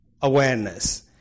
awareness